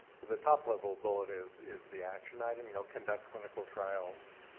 so the top level bullet is is the action item. you know, conduct clinical trials.